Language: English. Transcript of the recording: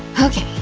okay,